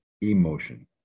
emotion